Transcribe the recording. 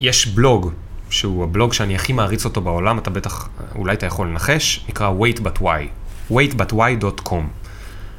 יש בלוג, שהוא הבלוג שאני הכי מעריץ אותו בעולם, אתה בטח, אולי אתה יכול לנחש, נקרא waitbutwhy, waitbutwhy.com